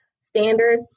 standard